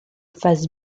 face